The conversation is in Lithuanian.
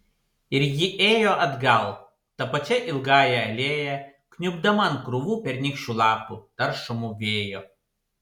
ir ji ėjo atgal ta pačia ilgąja alėja kniubdama ant krūvų pernykščių lapų taršomų vėjo